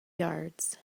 yards